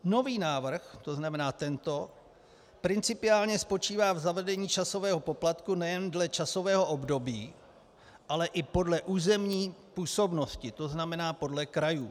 Nový návrh, to znamená tento, principiálně spočívá v zavedení časového poplatku nejen dle časového období, ale i podle územní působnosti, to znamená podle krajů.